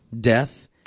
death